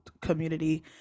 community